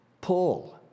Paul